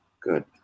good